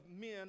men